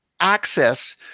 access